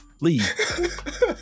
Leave